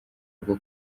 rwo